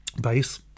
base